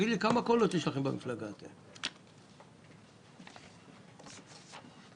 אני עוקב אחרי הדיון.